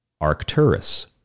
Arcturus